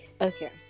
okay